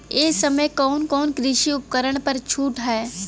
ए समय कवन कवन कृषि उपकरण पर छूट ह?